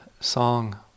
song